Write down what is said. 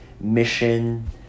mission